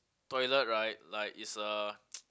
toilet right like it's a